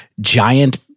giant